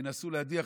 ינסו להדיח,